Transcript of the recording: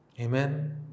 Amen